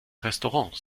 restaurants